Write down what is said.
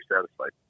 satisfied